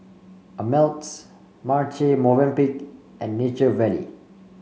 Ameltz Marche Movenpick and Nature Valley